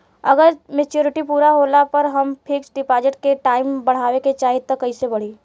अगर मेचूरिटि पूरा होला पर हम फिक्स डिपॉज़िट के टाइम बढ़ावे के चाहिए त कैसे बढ़ी?